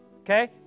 Okay